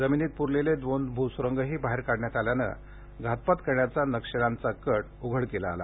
जमिनीत पुरलेले दोन भूस्रुंगही बाहेर काढल्यात आल्यानं घातपात करण्याचा नक्षल्यांचा कट उघडकीस आला